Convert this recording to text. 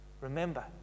Remember